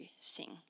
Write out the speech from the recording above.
sing